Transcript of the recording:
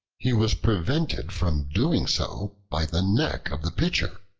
he was prevented from doing so by the neck of the pitcher.